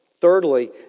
Thirdly